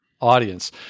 Audience